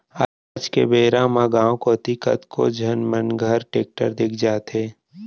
आज के बेरा म गॉंव कोती कतको झन मन घर टेक्टर दिख जाथे